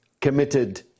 committed